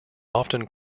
often